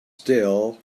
still